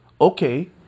Okay